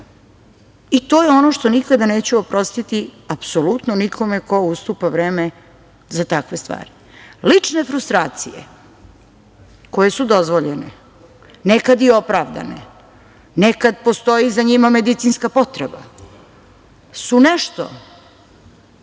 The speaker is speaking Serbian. To je ono što nikada neću oprostiti apsolutno nikome ko ustupa vreme za takve stvari. Lične frustracije koje su dozvoljene, nekad i opravdane, nekad postoji za njima medicinska potreba, su nešto